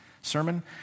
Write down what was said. sermon